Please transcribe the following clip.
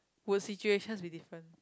will situations be different